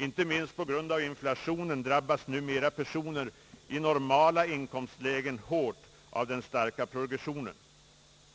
Inte minst på grund av inflationen drabbas numera personer i normala inkomstlägen hårt av den starka progressionen.